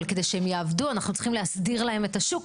אבל כדי שהם יעבדו אנחנו צריכים להסדיר להם את השוק,